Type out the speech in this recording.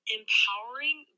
empowering